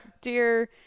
Dear